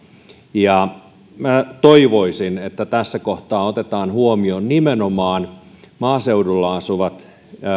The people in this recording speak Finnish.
ja minä toivoisin että tässä kohtaa otetaan huomioon nimenomaan maaseudulla asuvat